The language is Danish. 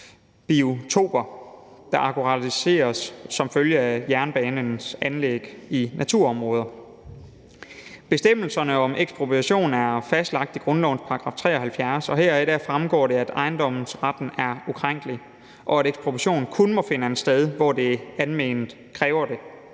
der aktualiseres som følge af jernbanens anlæg i naturområder. Bestemmelserne om ekspropriation er fastlagt i grundlovens § 73, og heraf fremgår det, at ejendomsretten er ukrænkelig, og at ekspropriation kun må finde sted, hvor almenvellet kræver det.